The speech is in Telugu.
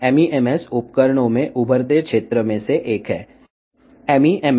అందువల్ల MEMS పరికరాల్లో అభివృద్ధి చెందుతున్న ప్రాంతాలలో RF MEMS ఒకటి